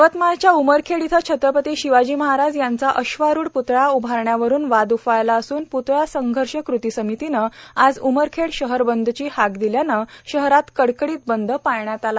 यवतमाळच्या उमरखेड येथे छत्रपती शिवाजी महाराज यांचा अश्वारुढ प्तळा उभारण्यावरून वाद उफाळला असून प्तळा संघर्ष कृती समितीने आज उमरखेड शहर बंद ची हाक दिल्याने शहरात कडकडीत बंद पाळण्यात आला